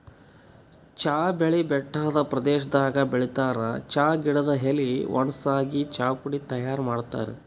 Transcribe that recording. ಚಾ ಬೆಳಿ ಬೆಟ್ಟದ್ ಪ್ರದೇಶದಾಗ್ ಬೆಳಿತಾರ್ ಚಾ ಗಿಡದ್ ಎಲಿ ವಣಗ್ಸಿ ಚಾಪುಡಿ ತೈಯಾರ್ ಮಾಡ್ತಾರ್